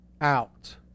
Out